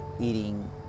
eating